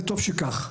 וטוב שכך.